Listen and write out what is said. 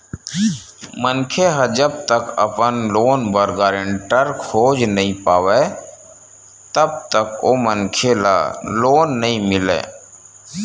मनखे ह जब तक अपन लोन बर गारेंटर खोज नइ पावय तब तक ओ मनखे ल लोन नइ मिलय